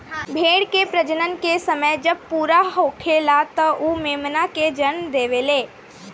भेड़ के प्रजनन के समय जब पूरा होखेला त उ मेमना के जनम देवेले